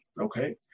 okay